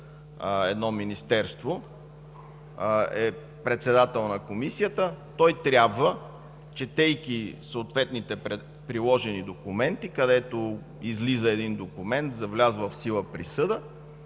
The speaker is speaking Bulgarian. едно министерство, е председател на комисията, той трябва, четейки съответните приложени документи, където излиза един документ за влязла в сила присъда,